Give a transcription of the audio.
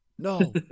No